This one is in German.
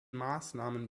maßnahmen